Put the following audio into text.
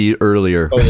earlier